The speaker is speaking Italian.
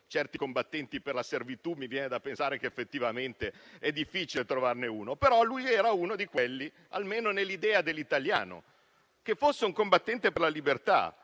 certi combattenti per la servitù, mi viene da pensare che effettivamente è difficile trovarne uno. Ad ogni modo, lui era uno di quelli, almeno nell'idea dell'italiano, un combattente per la libertà,